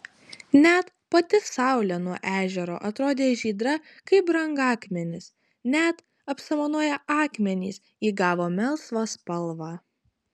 net pati saulė nuo ežero atrodė žydra kaip brangakmenis net apsamanoję akmenys įgavo melsvą spalvą